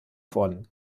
worden